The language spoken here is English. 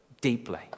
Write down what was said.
deeply